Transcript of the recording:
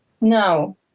No